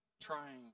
trying